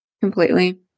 Completely